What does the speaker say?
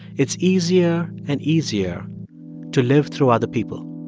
it's easier and easier to live through other people.